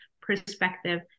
perspective